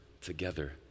together